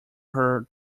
heard